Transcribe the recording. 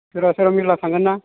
सोरबा सोरबा मेरला थांगोन ना